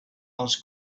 els